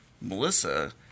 Melissa